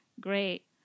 Great